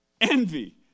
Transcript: envy